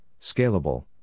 scalable